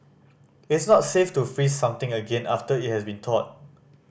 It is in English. it is not safe to freeze something again after it has been thawed